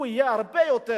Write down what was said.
שהוא יהיה הרבה יותר